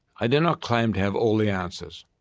i do not claim to have all the answers.